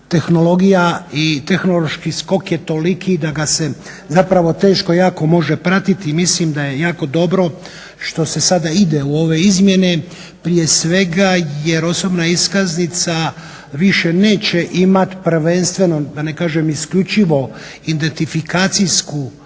tehnologija i tehnološki skok je toliki da ga se zapravo teško jako može pratiti i mislim da je jako dobro što se sada ide u ove izmjene. Prije svega jer osobna iskaznica više neće imati prvenstveno da ne kažem isključivo identifikacijsku